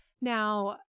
Now